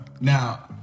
now